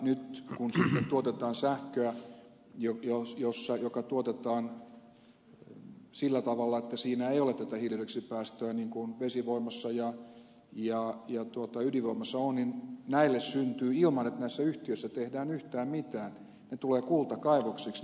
nyt kun sitten tuotetaan sähköä joka tuotetaan sillä tavalla että siinä ei ole tätä hiilidioksidipäästöä niin kuin vesivoimassa ja ydinvoimassa on niin ilman että näissä yhtiöissä tehdään yhtään mitään nämä vanhat oikeudet tulevat kultakaivoksiksi